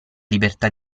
libertà